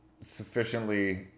sufficiently